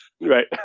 Right